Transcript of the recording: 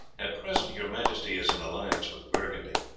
at present your majesty is in alliance with burgundy,